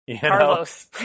Carlos